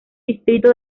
distrito